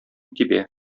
тибә